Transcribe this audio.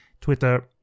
twitter